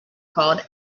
called